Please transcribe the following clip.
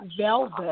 velvet